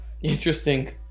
interesting